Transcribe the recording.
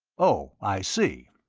oh, i see.